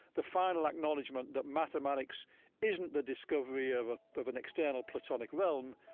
the final acknowledgement that mathematics isn't the discovery of ah of an external platonic realm,